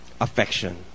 affection